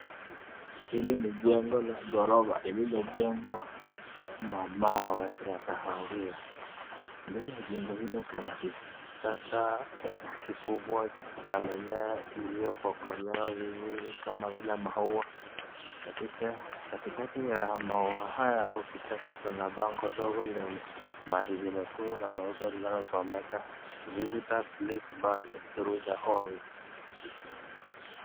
Hili ni jengo la ghorofa lililojengwa la mawe ya kahawia. Mbele ya jengo hilo kuna kichaka kikubwa cha mimea iloyokolea vizuri kama vile maua. Katikati ya maua haya au kichaka kuna bango dogo lenye maandishi mekundu na meupe yanayosomeka visitors please pass through the hall